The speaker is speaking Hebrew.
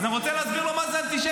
אז אני רוצה להסביר לו מה זאת אנטישמיות,